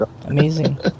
Amazing